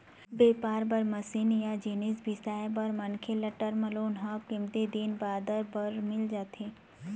बेपार बर मसीन या जिनिस बिसाए बर मनखे ल टर्म लोन ह कमती दिन बादर बर मिल जाथे